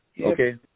okay